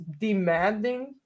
demanding